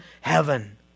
heaven